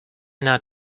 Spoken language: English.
not